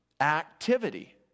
activity